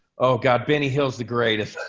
oh god, benny hills, the greatest.